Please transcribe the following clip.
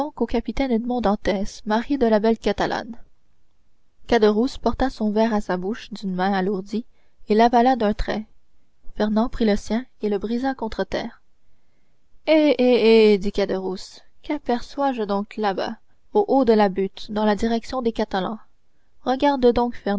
au capitaine edmond dantès mari de la belle catalane caderousse porta son verre à sa bouche d'une main alourdie et l'avala d'un trait fernand prit le sien et le brisa contre terre eh eh eh dit caderousse quaperçois je donc là-bas au haut de la butte dans la direction des catalans regarde donc